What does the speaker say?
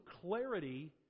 clarity